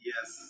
Yes